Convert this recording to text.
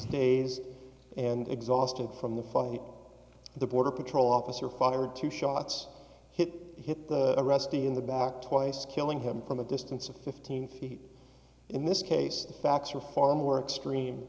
days and exhausted from the fight and the border patrol officer fired two shots hit hit the arrestee in the back twice killing him from a distance of fifteen feet in this case the facts are far more extreme